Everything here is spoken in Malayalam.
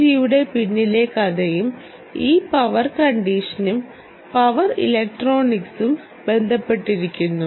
ജിയുടെ പിന്നിലെ കഥയും ഈ പവർ കണ്ടീഷനും പവർ ഇലക്ട്രോണിക്സും ബന്ധപ്പെട്ടിരിക്കുന്നു